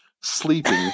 sleeping